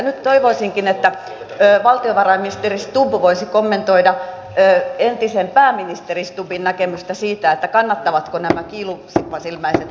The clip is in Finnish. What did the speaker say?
nyt toivoisinkin että valtiovarainministeri stubb voisi kommentoida entisen pääministeri stubbin näkemystä siitä kannattavatko nämä kiiluvasilmäiset säästöt vai eivät